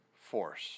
force